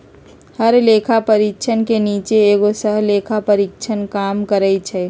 हर लेखा परीक्षक के नीचे एगो सहलेखा परीक्षक काम करई छई